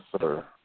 sir